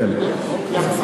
חייבים להחזיר אותם,